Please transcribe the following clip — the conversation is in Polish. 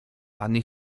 ani